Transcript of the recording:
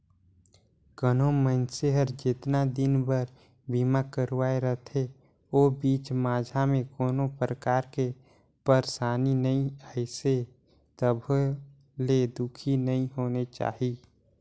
कहो मइनसे हर जेतना दिन बर बीमा करवाये रथे ओ बीच माझा मे कोनो परकार के परसानी नइ आइसे तभो ले दुखी नइ होना चाही